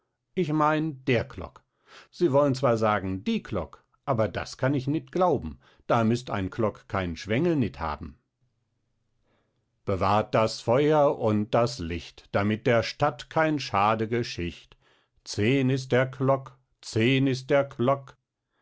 ich mein der klock sie wollen zwar sagen die klock aber das kann ich nit glauben da müst ein klock keinen schwengel nit haben bewahrt das feuer und das licht damit der stadt kein schade geschicht zehn ist der klock zehn ist der klock